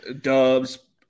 Dubs